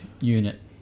unit